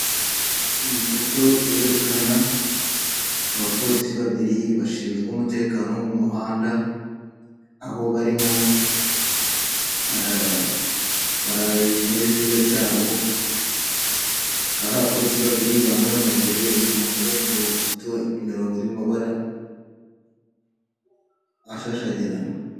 iyi foto i yerekana abapolisi babiri bashinzwe umutekano wo mu muhanda aho barimo barareba ikinyabiziga cyabo akaba ari abapolisi babiri bambaye amajile inyuma imirongo yamabara ashashagirana